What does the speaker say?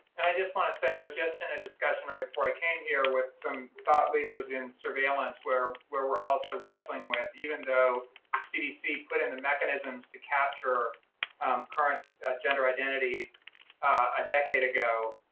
and i just want to say, i was just in a discussion right before i came here with some thought leaders in surveillance where where we're also wrestling with even though cdc put in the mechanisms to capture um current gender identity a decade ago,